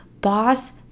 boss